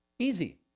Easy